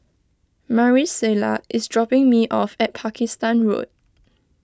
Marisela is dropping me off at Pakistan Road